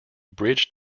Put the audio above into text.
bridged